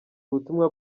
ubutumwa